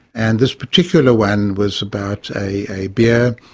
and this particular one was about a beer.